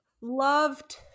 loved